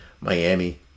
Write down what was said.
Miami